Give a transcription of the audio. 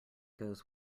goes